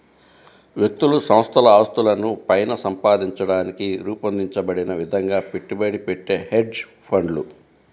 వ్యక్తులు సంస్థల ఆస్తులను పైన సంపాదించడానికి రూపొందించబడిన విధంగా పెట్టుబడి పెట్టే హెడ్జ్ ఫండ్లు